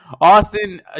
Austin